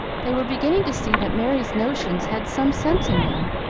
they were beginning to see that merry's notions had some sense in them,